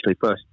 first